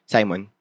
Simon